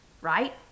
Right